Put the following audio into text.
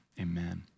Amen